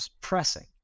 pressing